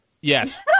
Yes